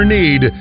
need